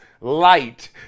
light